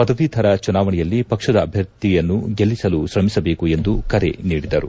ಪದವೀಧರ ಚುನಾವಣೆಯಲ್ಲಿ ಪಕ್ಷದ ಅಭ್ಯರ್ಥಿಯನ್ನು ಗೆಲ್ಲಿಸಲು ಶ್ರಮಿಸಬೇಕು ಎಂದು ಕರೆ ನೀಡಿದರು